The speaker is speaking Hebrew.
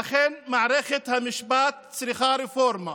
אכן, מערכת המשפט צריכה רפורמה,